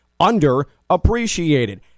underappreciated